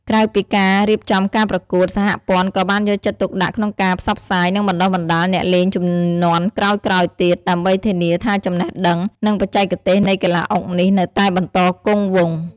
ក្រៅពីការរៀបចំការប្រកួត សហព័ន្ធក៏បានយកចិត្តទុកដាក់ក្នុងការផ្សព្វផ្សាយ និងបណ្តុះបណ្តាលអ្នកលេងជំនាន់ក្រោយៗទៀត ដើម្បីធានាថាចំណេះដឹង និងបច្ចេកទេសនៃកីឡាអុកនេះនៅតែបន្តគង់វង្ស។